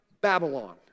Babylon